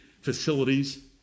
facilities